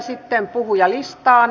sitten puhujalistaan